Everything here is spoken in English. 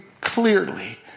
clearly